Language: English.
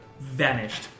vanished